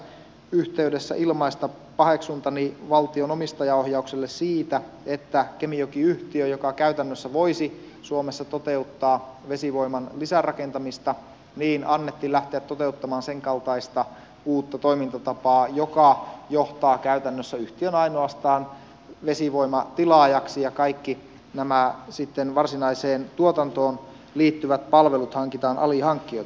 haluankin tässä yhteydessä ilmaista paheksuntani valtion omistajaohjaukselle siitä että kemijoki yhtiön joka käytännössä voisi suomessa toteuttaa vesivoiman lisärakentamista annettiin lähteä toteuttamaan sen kaltaista uutta toimintatapaa joka johtaa käytännössä yhtiön ainoastaan vesivoimatilaajaksi ja kaikki nämä varsinaiseen tuotantoon liittyvät palvelut hankitaan alihankkijoilta